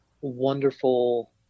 wonderful